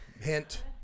hint